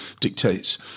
dictates